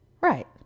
right